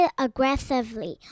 aggressively